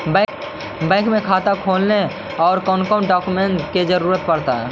Bank में खाता खोले ल कौन कौन डाउकमेंट के जरूरत पड़ है?